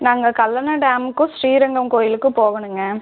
நாங்கள் கல்லணை டேமுக்கும் ஸ்ரீரங்கம் கோயிலுக்கும் போகணுங்க